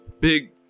big